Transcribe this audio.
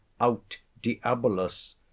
out-diabolus